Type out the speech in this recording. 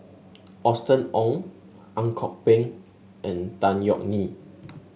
Austen Ong Ang Kok Peng and Tan Yeok Nee